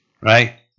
right